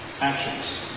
Actions